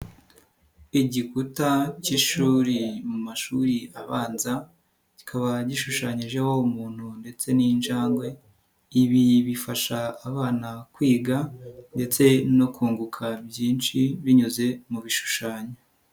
Igikuta cy'ishuri mu mashuri abanza, kikaba gishushanyijeho umuntu ndetse n'injangwe, ibi bifasha abana kwiga ndetse no kunguka byinshi binyuze mu bishushanyo.